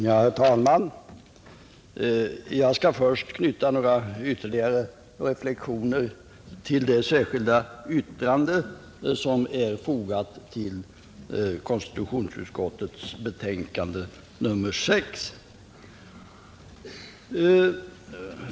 Herr talman! Jag skall först knyta några ytterligare reflexioner till det särskilda yttrande som är fogat till konstitutionsutskottets betänkande nr 6.